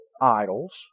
idols